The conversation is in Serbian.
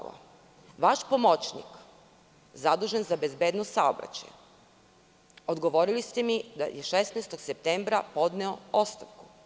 Vaš pomoćnik zadužen za bezbednost saobraćaja, odgovorili ste mi da je 16. septembra podneo ostavku.